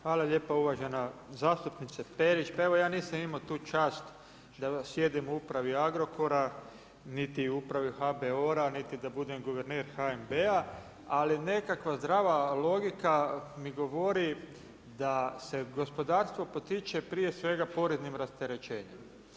Hvala lijepo uvažena zastupnice Perić, pa evo, ja nisam imao tu čast da sjedim u upravi Agrokora, niti u upravi HBOR-a, niti da budem guverner HNB-a, ali nekakva zdrava logika mi govori, da se gospodarstvo potiče prije svega poreznim rasterećenjem.